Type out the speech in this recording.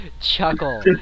chuckle